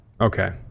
Okay